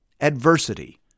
Adversity